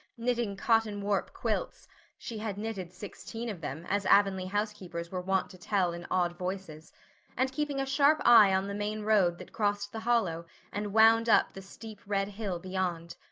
knitting cotton warp quilts she had knitted sixteen of them, as avonlea housekeepers were wont to tell in awed voices and keeping a sharp eye on the main road that crossed the hollow and wound up the steep red hill beyond.